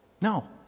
No